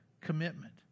commitment